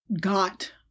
got